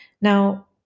Now